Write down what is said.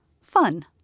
fun